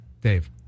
Dave